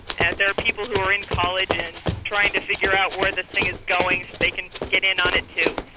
and there are people who are in college and are trying to figure out where the thing is going so they can get in on it too.